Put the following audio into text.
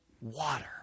water